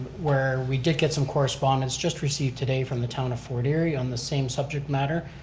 where we did get some correspondence just received today from the town of fort erie on the same subject matter.